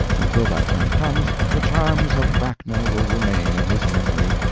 until that time comes, the charms of bracknell will remain in his memory,